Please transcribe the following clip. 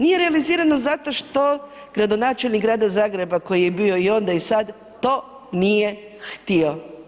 Nije realizirano zato što gradonačelnik grada Zagreba koji je bio i onda i sad to nije htio.